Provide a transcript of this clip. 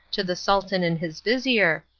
to the sultan and his vizir,